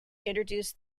introduced